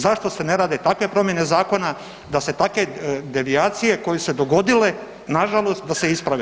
Zašto se ne rade takve promjene zakona da se takve devijacije koje su se dogodile nažalost da se isprave?